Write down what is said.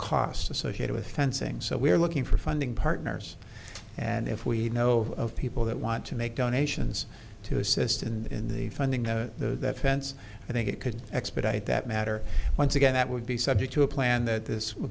costs associated with fencing so we are looking for funding partners and if we know of people that want to make donations to assist in the funding to that fence i think it could expedite that matter once again that would be subject to a plan that this w